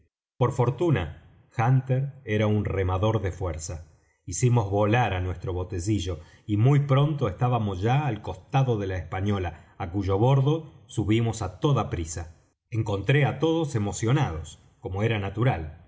por fortuna hunter era un remador de fuerza hicimos volar á nuestro botecillo y muy pronto estábamos ya al costado de la española á cuyo bordo subimos á toda prisa encontré á todos emocionados como era natural